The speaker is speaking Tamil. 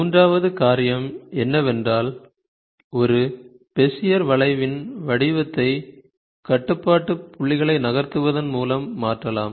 மூன்றாவது காரியம் என்னவென்றால் ஒரு பெசியர் வளைவின் வடிவத்தை கட்டுப்பாட்டு புள்ளிகளை நகர்த்துவதன் மூலம் மாற்றலாம்